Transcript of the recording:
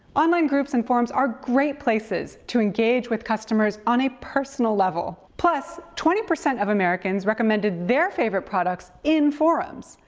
online group and forums are great places to engage with customers on a personal level. plus, twenty percent of americans recommend their favorite products in forums.